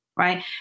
Right